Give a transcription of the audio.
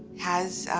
has,